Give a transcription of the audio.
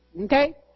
Okay